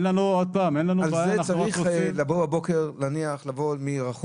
על זה צריך לבוא בבוקר מרחוק?